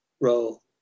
role